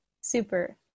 Super